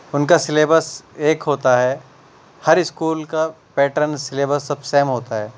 ان کا سلیبس ایک ہوتا ہے ہر اسکول کا پیٹرن سلیبس سب سیم ہوتا ہے